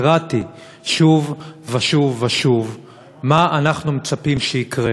התרעתי שוב ושוב ושוב: מה אנחנו מצפים שיקרה